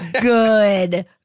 good